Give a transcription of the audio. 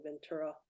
Ventura